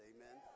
Amen